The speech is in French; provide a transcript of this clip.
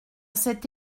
cet